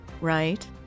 right